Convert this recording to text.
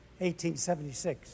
1876